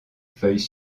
feuilles